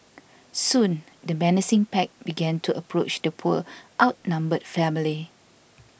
soon the menacing pack began to approach the poor outnumbered family